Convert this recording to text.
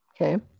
okay